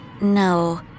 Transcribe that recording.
No